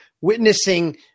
witnessing